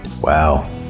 wow